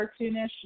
cartoonish